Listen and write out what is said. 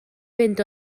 fynd